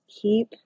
keep